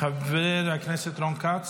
חבר הכנסת כץ